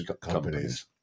companies